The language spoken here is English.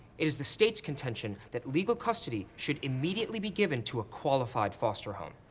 it is the state's contention that legal custody should immediately be given to a qualified foster home.